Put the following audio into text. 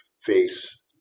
face